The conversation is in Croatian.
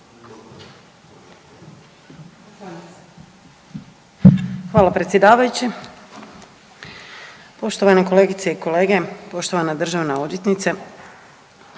Hvala predsjedavajući. Poštovane kolegice i kolege, poštovana državna odvjetnice.